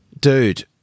dude